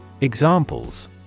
Examples